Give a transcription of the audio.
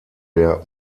der